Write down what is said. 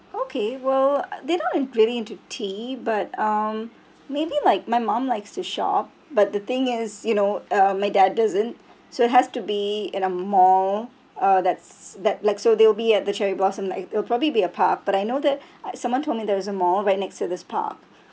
okay well they're not really into tea but um maybe like my mom likes to shop but the thing is you know uh my dad doesn't so it has to be in a mall uh that's that like so they'll be at the cherry blossom like it'll probably be a park but I know that someone told me there was a mall right next to this park